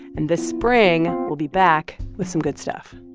and this spring, we'll be back with some good stuff.